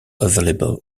available